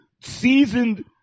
seasoned